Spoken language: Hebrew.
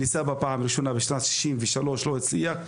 הוא ניסה בפעם הראשונה בשנת 1963 לא הצליח,